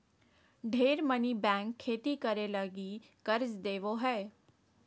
ढेर मनी बैंक खेती करे लगी कर्ज देवो हय